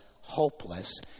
hopeless